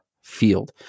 field